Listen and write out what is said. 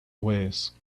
ways